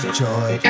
joy